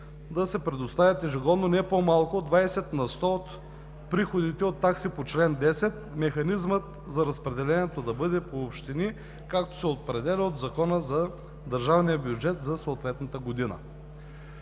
да се предоставят ежегодно не по-малко от 20 на сто от приходите от такси по чл. 10 – механизмът за разпределението да бъде по общини, както е определено от Закона за държавния бюджет за съответната година.